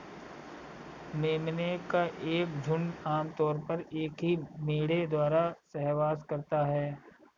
मेमने का एक झुंड आम तौर पर एक ही मेढ़े द्वारा सहवास करता है